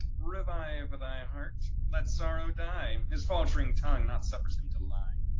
revive thy ah heart, let sorrow die, his falt'ring tongue not suffers him to lie.